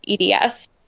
EDS